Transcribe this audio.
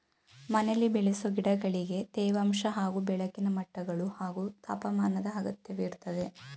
ಮನೆಲಿ ಬೆಳೆಸೊ ಗಿಡಗಳಿಗೆ ತೇವಾಂಶ ಹಾಗೂ ಬೆಳಕಿನ ಮಟ್ಟಗಳು ಹಾಗೂ ತಾಪಮಾನದ್ ಅಗತ್ಯವಿರ್ತದೆ